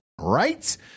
right